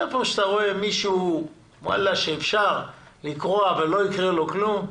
היכן שאתה רואה מישהו שאפשר לקרוע ולא יקרה לו כלום,